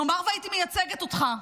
נאמר שהייתי מייצגת אותך,